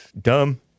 Dumb